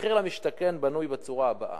מחיר למשתכן בנוי בצורה הבאה: